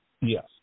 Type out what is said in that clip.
Yes